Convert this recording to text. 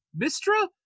mistra